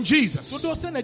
Jesus